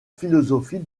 philosophie